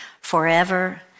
forever